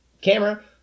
camera